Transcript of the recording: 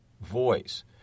voice